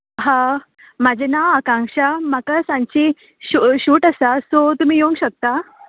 हां म्हाजें नांव आकांक्षा म्हाका सांची शू शूट आसा सो तुमी येवंक शकता